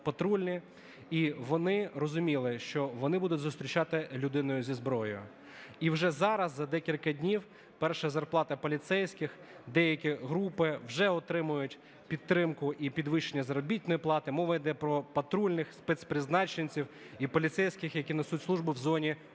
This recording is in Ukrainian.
і вони розуміли, що вони будуть зустрічати людину зі зброєю. І вже зараз за декілька днів перше – зарплата поліцейських, деякі групи вже отримують підтримку і підвищення заробітної плати. Мова йде про патрульних, спецпризначенців і поліцейських, які несуть службу в зоні ООС.